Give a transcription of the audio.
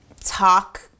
talk